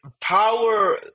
Power